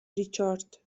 ریچارد